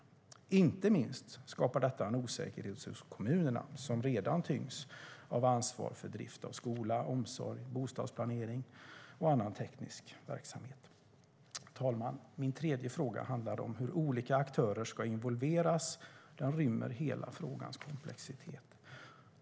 Inte minst skapar detta en osäkerhet hos kommunerna, som redan tyngs av ansvar för drift av skola, omsorg, bostadsplanering och annan teknisk verksamhet. Herr talman! Min tredje fråga handlade om hur olika aktörer ska involveras. Den rymmer hela frågans komplexitet.